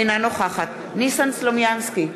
אינה נוכחת ניסן סלומינסקי,